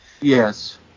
Yes